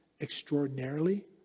extraordinarily